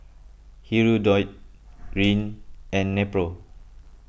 Hirudoid Rene and Nepro